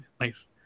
Nice